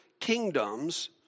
kingdoms